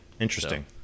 Interesting